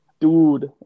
Dude